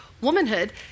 womanhood